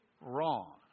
wrong